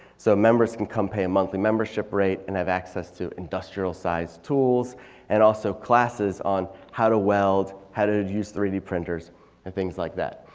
so members can come pay a monthly membership rate and have access to industrial sized tools and also classes on how to weld, how to to use three d printers and things like that.